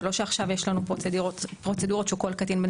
זה לא שעכשיו יש לנו פרוצדורות שכל קטין בן